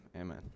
Amen